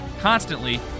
constantly